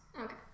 Okay